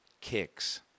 kicks